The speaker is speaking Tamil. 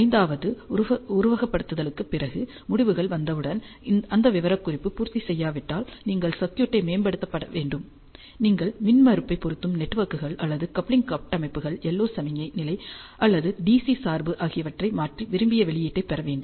ஐந்தாவது உருவகப்படுத்துதலுக்குப் பிறகு முடிவுகள் வந்தவுடன் அந்த விவரக்குறிப்புகள் பூர்த்தி செய்யாவிட்டால் நீங்கள் சர்க்யூட்டை மேம்படுத்த வேண்டும் நீங்கள் மின்மறுப்பை பொருந்தும் நெட்வொர்க்குகள் அல்லது கப்ளிங் கட்டமைப்புகள் LO சமிக்ஞை நிலை அல்லது DC சார்பு ஆகியவற்றை மாற்றி விரும்பிய வெளியீட்டை பெற வேண்டும்